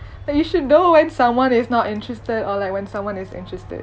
like you should know when someone is not interested or like when someone is interested